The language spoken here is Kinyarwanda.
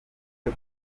cyo